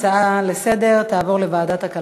ההצעה לסדר-היום תעבור לוועדת הכלכלה.